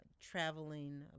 traveling